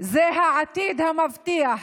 זה העתיד המבטיח,